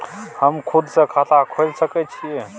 हम खुद से खाता खोल सके छीयै?